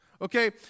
Okay